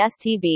STB